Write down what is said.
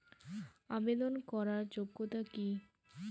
আবেদন করার যোগ্যতা কি?